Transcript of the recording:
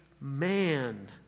man